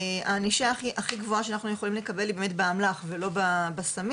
הענישה הכי הכי גבוהה שמבריחים יכולים לקבל זה באמת באמל"ח ולא בסמים.